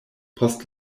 post